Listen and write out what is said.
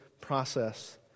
process